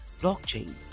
blockchain